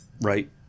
Right